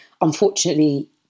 unfortunately